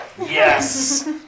Yes